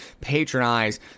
patronize